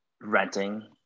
renting